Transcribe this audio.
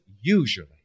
usually